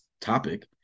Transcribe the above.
topic